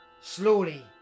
slowly